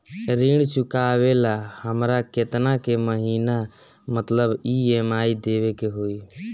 ऋण चुकावेला हमरा केतना के महीना मतलब ई.एम.आई देवे के होई?